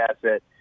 asset